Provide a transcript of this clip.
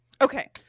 okay